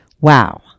Wow